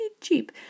cheap